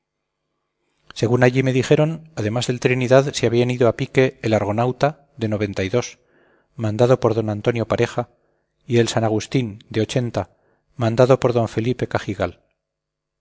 según allí me dijeron además del trinidad se habían ido a pique el argonauta de mandado por d antonio pareja y el san agustín de mandado por d felipe cajigal